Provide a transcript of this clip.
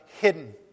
hidden